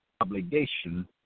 Obligation